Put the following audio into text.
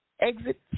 exit